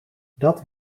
dat